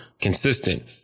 consistent